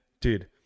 dude